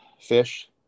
fish